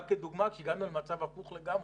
זה רק כדוגמה כי הגענו למצב הפוך לגמרי.